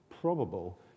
probable